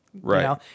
Right